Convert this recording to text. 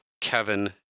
Kevin